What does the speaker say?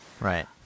Right